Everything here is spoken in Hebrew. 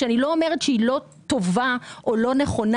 ואני לא אומרת שהיא לא טובה או לא נכונה,